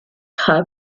have